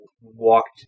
walked